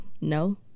No